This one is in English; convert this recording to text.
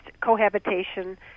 cohabitation